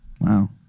Wow